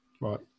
right